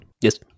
yes